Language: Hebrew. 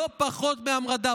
לא פחות מהמרדה.